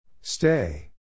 Stay